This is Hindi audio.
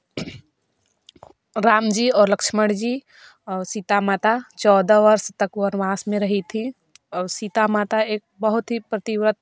राम जी और लक्ष्मण जी सीता माता चौदह वर्ष तक वनवास में रही थीं और सीता माता एक बहुत ही पतिव्रत